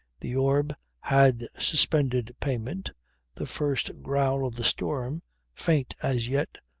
the orb had suspended payment the first growl of the storm faint as yet,